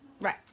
Right